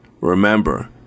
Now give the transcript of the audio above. remember